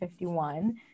51